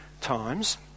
times